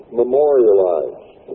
memorialized